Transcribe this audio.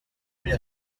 cull